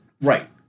right